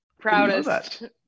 Proudest